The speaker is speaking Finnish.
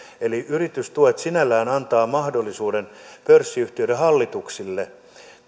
eli yritystuet sinällään antavat mahdollisuuden pörssiyhtiöiden hallituksille